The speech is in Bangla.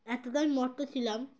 এতটাই মত্ত ছিলাম